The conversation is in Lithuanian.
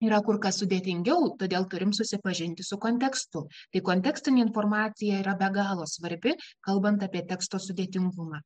yra kur kas sudėtingiau todėl turim susipažinti su kontekstu tai kontekstinė informacija yra be galo svarbi kalbant apie teksto sudėtingumą